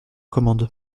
commande